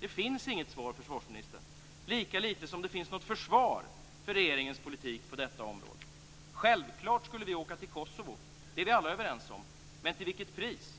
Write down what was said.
Det finns inget svar, försvarsministern. Lika lite som det finns något försvar för regeringens politik på detta områden. Det är självklart att vi skulle åka till Kosovo. Det är vi alla överens om. Men till vilket pris?